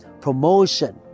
Promotion